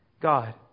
God